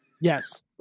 Yes